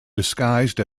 disguised